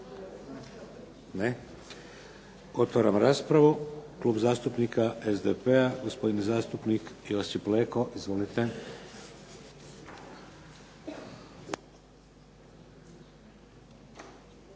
Ne. Otvaram raspravu. Klub zastupnika SDP-a, gospodin zastupnik Josip Leko. Izvolite.